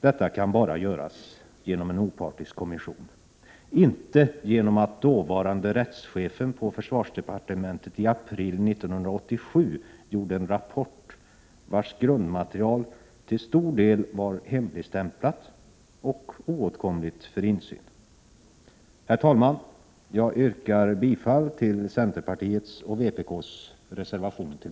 Detta kan bara göras genom en opartisk kommission, inte genom att dåvarande rättschefen på försvarsdepartementet i april 1987 avgav en rapport, vars grundmaterial till stor del var hemligstämplat och oåtkomligt för insyn. 105 Herr talman! Jag yrkar bifall till centerpartiets och vpk:s reservation till